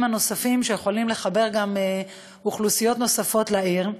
הנוספים שיכולים לחבר אוכלוסיות נוספות לעיר,